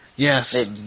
Yes